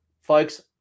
folks